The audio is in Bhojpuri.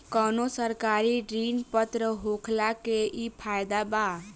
कवनो सरकारी ऋण पत्र होखला के इ फायदा बा